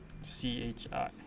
C-H-I